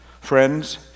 Friends